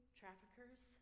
traffickers